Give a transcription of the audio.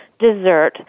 dessert